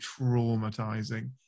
traumatizing